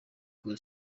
aho